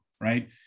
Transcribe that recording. right